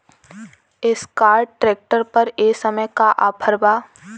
Escort tractor पर ए समय का ऑफ़र बा?